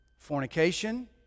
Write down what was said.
Fornication